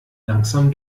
langsam